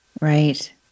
right